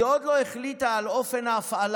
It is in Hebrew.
היא עוד לא החליטה על אופן ההפעלה,